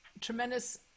tremendous